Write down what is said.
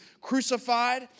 crucified